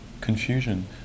confusion